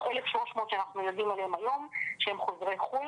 1,300 שאנחנו יודעים עליהם היום שהם חוזרי חו"ל,